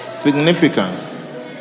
significance